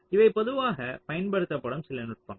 இவை பொதுவாகப் பயன்படுத்தப்படும் சில நுட்பங்கள்